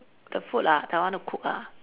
the food ah that I want to cook ah